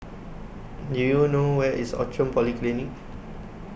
Do YOU know Where IS Outram Polyclinic